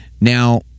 Now